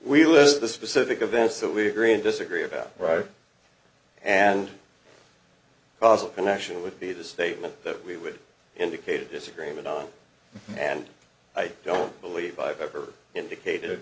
we list the specific events that we agree and disagree about and causal connection would be the statement that we would indicate a disagreement on and i don't believe i've ever indicated t